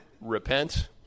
repent